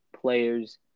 players